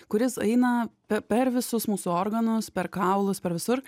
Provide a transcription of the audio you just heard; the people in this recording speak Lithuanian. kuris eina pe per visus mūsų organus per kaulus per visur